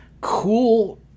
cool